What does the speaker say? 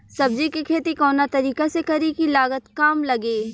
सब्जी के खेती कवना तरीका से करी की लागत काम लगे?